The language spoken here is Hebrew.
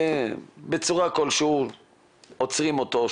בצורה כלשהיא עוצרים אותו,